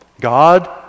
God